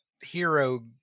hero